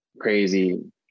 crazy